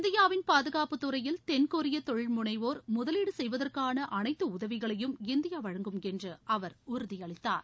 இந்தியாவின் பாதுகாப்புத்துறையில் தென்கொரிய தொழில் முனைவோர் முதலீடு செய்வதற்கான அனைத்து உதவிகளையும் இந்தியா வழங்கும் என்று அவர் உறுதி அளித்தார்